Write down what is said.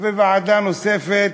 וועדה נוספת,